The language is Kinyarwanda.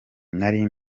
nari